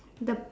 the